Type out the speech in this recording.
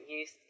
use